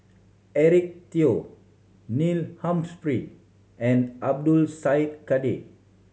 Eric Teo Neil Humphrey and Abdul Syed Kadir